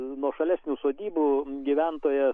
nuošalesnių sodybų gyventojas